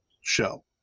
show